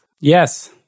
Yes